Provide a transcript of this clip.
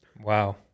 Wow